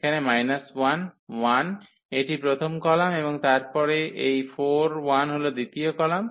এখানে এটি প্রথম কলাম এবং তারপরে এই হল দ্বিতীয় কলাম